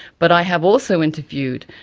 but i have also interviewed,